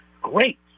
Great